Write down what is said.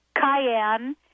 cayenne